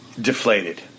deflated